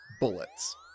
Bullets